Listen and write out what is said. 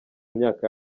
myaka